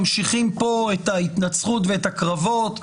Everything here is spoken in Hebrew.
ממשיכים פה את ההתנצחות ואת הקרבות.